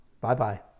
Bye-bye